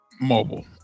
Mobile